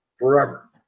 forever